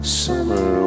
summer